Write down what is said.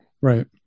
Right